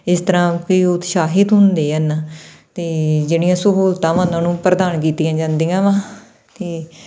ਇਸ ਤਰ੍ਹਾਂ ਕਿ ਉਹ ਉਤਸ਼ਾਹਿਤ ਹੁੰਦੇ ਹਨ ਅਤੇ ਜਿਹੜੀਆਂ ਸਹੂਲਤਾਂ ਵਾ ਉਹਨਾਂ ਨੂੰ ਪ੍ਰਦਾਨ ਕੀਤੀਆਂ ਜਾਂਦੀਆਂ ਵਾ ਇਹ ਅਤੇ